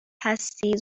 هستی